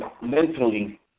Mentally